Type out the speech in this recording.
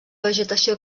vegetació